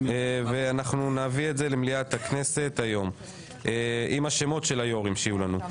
ואנחנו נביא את זה למליאת הכנסת היום עם השמות של היו"רים שיהיו לנו.